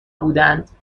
بودند